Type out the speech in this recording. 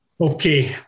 Okay